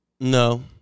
No